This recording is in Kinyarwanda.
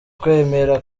kwemera